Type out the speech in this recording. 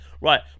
right